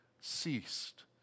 ceased